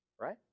right